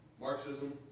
Marxism